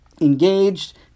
engaged